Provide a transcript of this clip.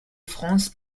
france